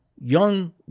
young